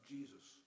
Jesus